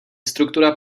struktura